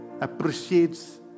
appreciates